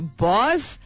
boss